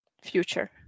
future